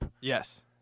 Yes